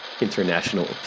international